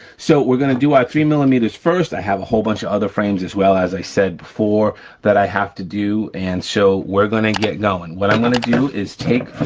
so we're gonna do our three millimeters first. i have a whole bunch of other frames as well, as i said before that i have to do, and so we're gonna get going. what i'm gonna do is take